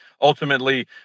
ultimately